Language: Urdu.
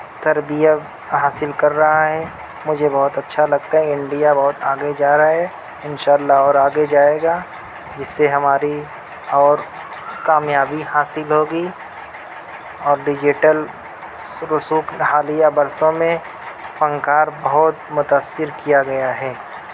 تربیت حاصل کر رہا ہے مجھے بہت اچھا لگتا ہے انڈیا بہت آگے جا رہا ہے ان شاء اللہ اور آگے جائے گا جس سے ہماری اور کامیابی حاصل ہوگی اور ڈیجیٹل حالیہ برسوں میں فن کار بہت متاثر کیا گیا ہے